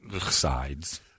sides